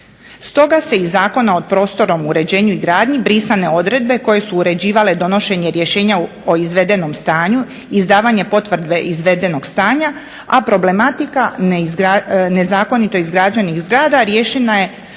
Stoga su iz Zakona o prostornom uređenju i gradnji brisane odredbe koje su uređivale donošenje rješenja o izvedenom stanju, izdavanja potvrde izvedenog stanja, a problematika nezakonito izgrađenih zgrada riješena je